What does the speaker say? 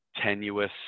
tenuous